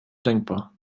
denkbar